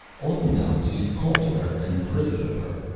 oftentimes he called to her and prayed of her,